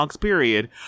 period